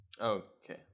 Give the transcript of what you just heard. Okay